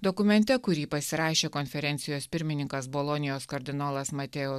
dokumente kurį pasirašė konferencijos pirmininkas bolonijos kardinolas mateo